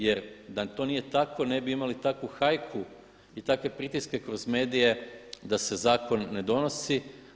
Jer da to nije tako ne bi imali takvu hajku i takve pritiske kroz medije da se zakon ne donosi.